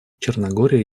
черногория